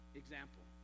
example